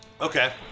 Okay